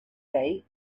day